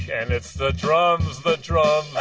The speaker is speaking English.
and it's the drums, the drums,